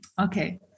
Okay